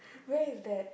where is that